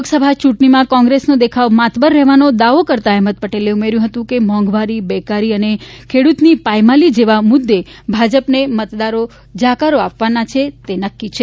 લોકસભા ચૂંટણીમાં કોંગ્રેસનો દેખાવ માતબર રહેવાનો દાવો કરતા અહેમદ પટેલે ઉમેર્યું હતું કે મોંઘવારી બેકારી અને ખેડૂતની પાયમાલી જેવા મુદ્દે ભાજપને મતદારો જાકારો આપવાના છે તે નક્કી છે